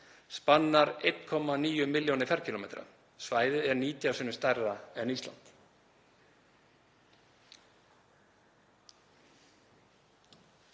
spannar 1,9 milljónir ferkílómetra. Svæðið er 19 sinnum stærra en Ísland.